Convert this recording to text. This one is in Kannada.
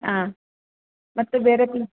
ಹಾಂ ಮತ್ತೆ ಬೇರೆ ಪ್ಲೇ